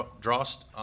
Drost